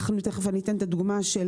תכף אני אתן את הדוגמה של